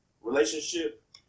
relationship